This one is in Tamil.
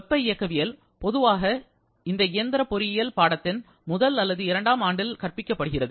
வெப்ப இயக்கவியல் பொதுவாக எந்த இயந்திர பொறியியல் பாடத்தின் முதல் அல்லது இரண்டாம் ஆண்டில் கற்பிக்கப்படுகிறது